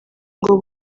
ngo